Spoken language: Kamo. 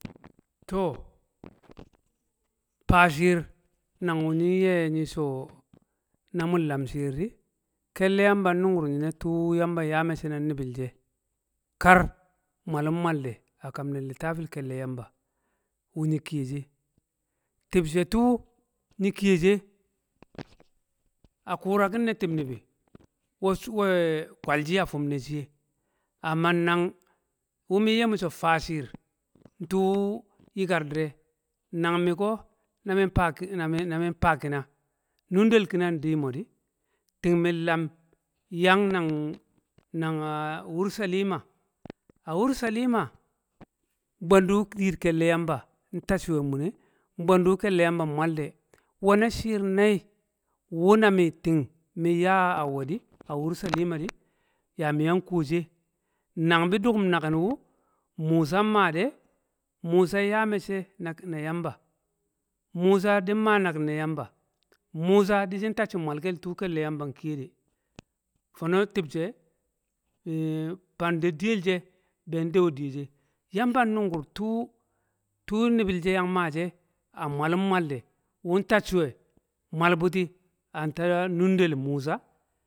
to, fa shi̱i̱r nang wu̱ nyi̱n ye̱ nyi̱ sho̱, na mun lam shi̱i̱r di, ke̱lle̱ yamba nu̱nku̱r nyi̱ ne̱ tu̱ yamba ya me̱cce̱ na ni̱bi̱l she̱ kar wmalum wmalde̱ a kam litafin ke̱lle̱ yamba wu̱ nyi̱ ki̱ye̱ she̱. ti̱bshe̱te̱ tu̱ nyi̱ ki̱ye̱ she̱, a ku̱ra ki̱n ne̱ ti̱b ni̱bi̱, we̱ kwal shi̱ a fi̱m ne̱ shi̱ye̱ amma nan wu̱ min ye̱ mi̱ so̱ fa shi̱i̱r ntu̱ yi̱ke̱r di̱re̱ nang mi ko̱ mi̱na fa ki̱na nu̱nde̱l ki̱na in di̱ yime di̱ ti̱ng mi̱n lam yang wulselima a wulselima, nbe̱ndu̱ di̱i̱r ke̱lle̱ yamba ntacci̱ we̱ a mu̱n ne, nbwen du̱ ke̱lle̱ yamba wmal de̱. nwe̱ na shi̱i̱r nai wu̱ na mi ting min ya we̱, di̱, wulselima ya mi yang ku̱ shi̱, nan bi̱ du̱ku̱m naki̱n wu̱ musa nma de̱ musa nya me̱cce̱ naki̱n ne̱ yamba, musa di̱n ma naki̱n ne̱ Yamba Musa di̱shi̱n tacci̱ wmalkell tu̱ ke̱lle̱ yamba ki̱ye̱ de̱ fo̱no̱ ti̱bshe̱ fang de̱ di̱ye̱l she̱ bi̱n do̱o̱ di̱ye̱ she̱. yamba nnu̱ngu̱r tu̱ ni̱bi̱l she̱ yang ma she̱ a wu̱ wmalde̱ wu̱n tacci̱ wmal bu̱ti̱ a ta nu̱nde̱l Musa.